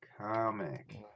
comic